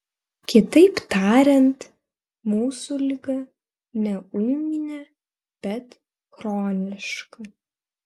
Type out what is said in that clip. kitaip tariant mūsų liga ne ūminė bet chroniška